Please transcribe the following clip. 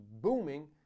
booming